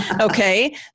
Okay